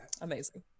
Amazing